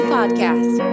Podcast